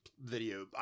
video